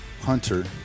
Hunter